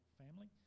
family